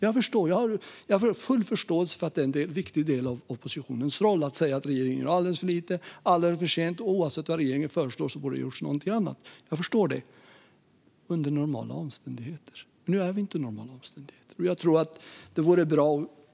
Jag har full förståelse för att det är en viktig del av oppositionens roll att säga att regeringen gör alldeles för lite, alldeles för sent, och att oavsett vad regeringen föreslår borde det ha gjorts något annat. Jag förstår detta - under normala omständigheter, men nu är det inte det.